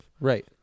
Right